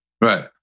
Right